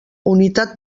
unitat